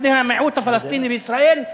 בפני המיעוט הפלסטיני בישראל,